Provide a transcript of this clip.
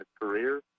career